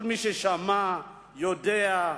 כל מי ששמע, יודע,